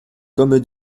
comme